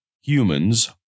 humans